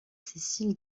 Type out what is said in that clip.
cécile